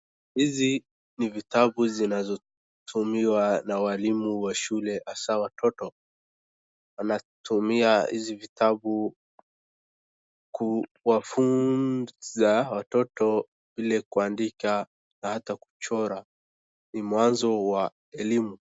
Hizi ni vitabu zinazotumiwa na walimu wa shule hasa watoto wanatumia hizi vitabu kuwafunza watoto Ile kuandika na ata kuchora ni mwanzo wa elimu.